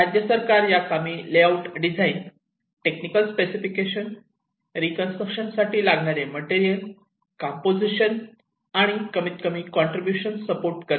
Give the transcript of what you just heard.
राज्य सरकार याकामी layout design technical specification reconstruction साठी लागणारे मटेरियल कंपोझिशन आणि कमीतकमी कॉन्ट्रीब्युशन सपोर्ट करते